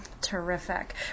Terrific